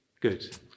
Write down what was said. Good